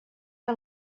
que